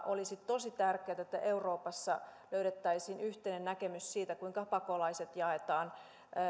olisi tosi tärkeätä että euroopassa löydettäisiin yhteinen näkemys siitä kuinka pakolaiset jaetaan